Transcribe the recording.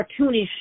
cartoonish